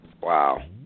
Wow